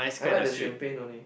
I like the champagne only